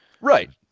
right